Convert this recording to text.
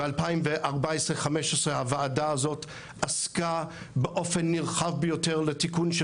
ב-2014 2015 הוועדה הזאת עסקה באופן נרחב ביותר לתיקון של